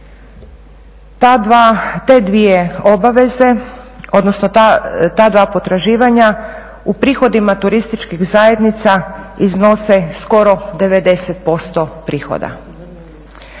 Te dvije obaveze, odnosno ta dva potraživanja u prihodima turističkih zajednica iznose skoro 90% prihoda.